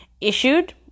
Issued